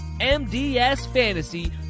MDSFANTASY